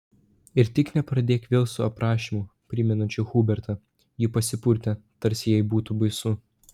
ir tik nepradėk vėl su aprašymu primenančiu hubertą ji pasipurtė tarsi jai būtų baisu